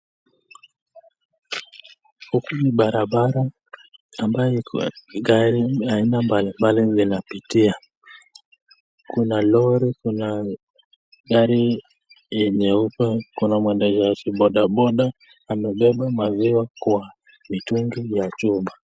Huku ni barabara ambayo gari aina mbalimbali zinapitia. Kuna lori, kuna gari ya nyeupe, kuna mwendeshaji bodaboda amebeba maziwa kwa mitungi ya chuma.